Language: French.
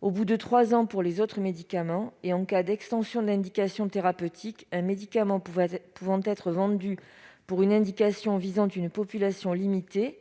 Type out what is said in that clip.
au bout de trois ans pour les autres médicaments ; et en cas d'extension d'indication thérapeutique, un médicament pouvant être vendu pour une indication visant une population limitée